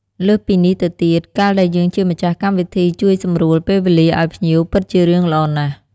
លើសពីនេះទៅទៀត កាលដែលយើងជាម្ចាស់កម្មវិធីជួយសម្រួលពេលវេលាឲ្យភ្ញៀវពិតជារឿងល្អណាស់។